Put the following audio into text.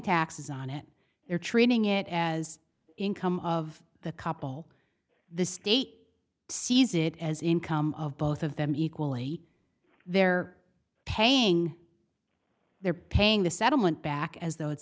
taxes on it they're treating it as income of the couple the state sees it as income of both of them equally they're paying they're paying the settlement back as though it's